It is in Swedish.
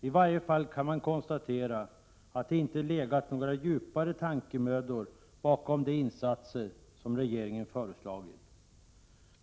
I varje fall kan man konstatera att det inte har legat några djupare tankemödor bakom de insatser som regeringen föreslagit.